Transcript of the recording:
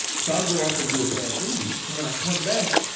so i go off and do a bad movie. and when i come back,